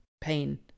pain